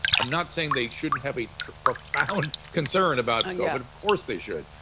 i'm not saying they shouldn't have a profound concern about covid, of course they should,